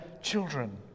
children